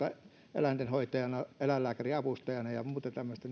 eläintenhoitajana eläinlääkärin avustajana ja muuta tämmöistä